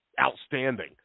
outstanding